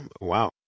Wow